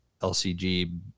LCG